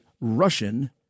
Russian